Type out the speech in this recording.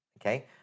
okay